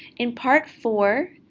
in part four,